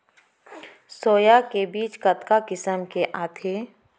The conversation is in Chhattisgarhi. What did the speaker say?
सोया के बीज कतका किसम के आथे?